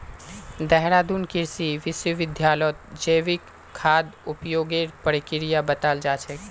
देहरादून कृषि विश्वविद्यालयत जैविक खाद उपयोगेर प्रक्रिया बताल जा छेक